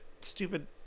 stupid